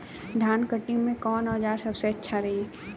धान कटनी मे कौन औज़ार सबसे अच्छा रही?